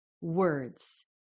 words